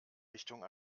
richtung